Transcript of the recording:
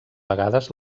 vegades